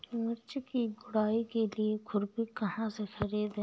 मिर्च की गुड़ाई के लिए खुरपी कहाँ से ख़रीदे?